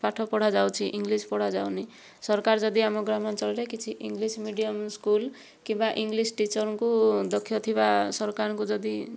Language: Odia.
ପାଠ ପଢ଼ାଯାଉଛି ଇଂଲିଶ ପଢ଼ାଯାଉନାହିଁ ସରକାର ଯଦି ଆମ ଗ୍ରାମାଞ୍ଚଳରେ କିଛି ଇଂଲିଶ ମିଡିୟମ୍ ସ୍କୁଲ୍ କିମ୍ବା ଇଂଲିଶ ଟିଚରଙ୍କୁ ଦକ୍ଷ ଥିବା ସରକାରଙ୍କୁ ଯଦି